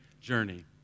journey